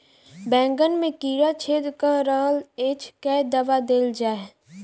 बैंगन मे कीड़ा छेद कऽ रहल एछ केँ दवा देल जाएँ?